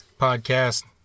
podcast